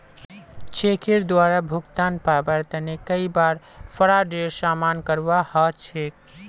चेकेर द्वारे भुगतान पाबार तने कई बार फ्राडेर सामना करवा ह छेक